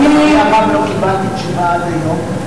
לצערי הרב לא קיבלתי תשובה עד היום.